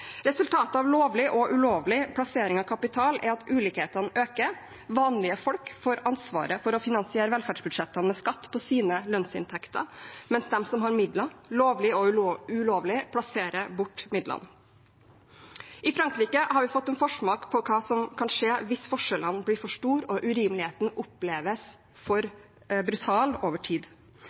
Resultatet av lovlig og ulovlig plassering av kapital er at ulikhetene øker. Vanlige folk får ansvaret for å finansiere velferdsbudsjettene med skatt på sine lønnsinntekter, mens de som har midler, lovlig og ulovlig, plasserer dem bort. I Frankrike har vi fått en forsmak på hva som kan skje hvis forskjellene blir for store og urimeligheten oppleves for brutal over tid.